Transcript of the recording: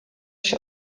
się